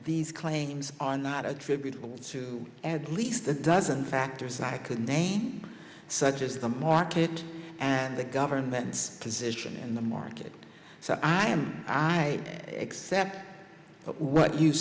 these claims are not attributable to at least a dozen factors i could name such as the market and the government's position in the market so i am i accept what you